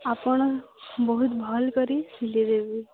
ଆପଣ ବହୁତ ଭଲ କରି ସିଲେଇ ଦେବେ